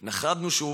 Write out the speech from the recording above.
נחרדנו שוב